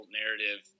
narrative